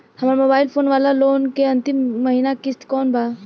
हमार mobile phone वाला loan के अंतिम महिना किश्त कौन बा?